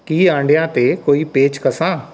ਕੀ ਅੰਡਿਆਂ 'ਤੇ ਕੋਈ ਪੇਸ਼ਕਸ਼ਾਂ